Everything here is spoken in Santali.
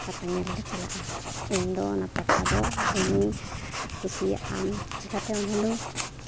ᱯᱟᱛᱟ ᱧᱮᱞ ᱞᱮ ᱪᱟᱞᱟᱜᱼᱟ ᱤᱧᱫᱚ ᱚᱱᱟ ᱯᱟᱛᱟ ᱫᱚ ᱫᱚᱢᱮᱧ ᱠᱩᱥᱤᱭᱟᱜᱼᱟ ᱪᱤᱠᱟᱹᱛᱮ ᱚᱱᱟᱫᱚ